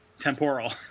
temporal